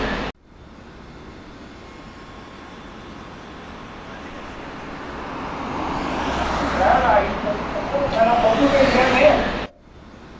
दिक्खी लैएओ लाड़ी गी लेइयै आवेओ नेईं तां फोटो भेजगा में